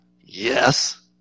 Yes